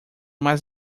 mais